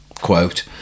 quote